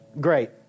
Great